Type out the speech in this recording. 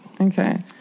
okay